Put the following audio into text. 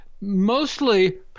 Mostly